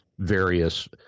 various